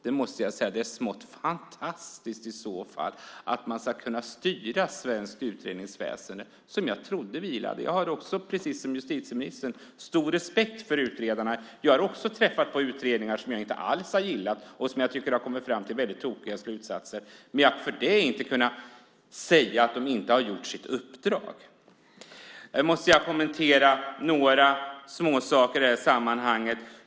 Det är smått fantastiskt om man ska kunna styra svenskt utredningsväsende, som jag trodde vilade. Precis som justitieministern har jag stor respekt för utredarna. Jag har också träffat på utredningar som jag inte alls har gillat och som jag tycker har kommit fram till tokiga slutsatser, men jag säger inte därför att de inte har fullgjort sitt uppdrag. Jag måste också kommentera några småsaker i sammanhanget.